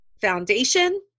foundation